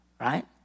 right